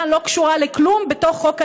שלא קשורה לכלום בתוך חוק ההסדרים.